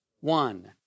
one